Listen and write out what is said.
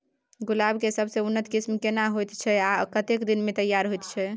गुलाब के सबसे उन्नत किस्म केना होयत छै आ कतेक दिन में तैयार होयत छै?